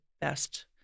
best